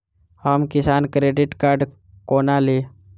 हम Kisan credit card कोना ली?